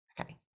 Okay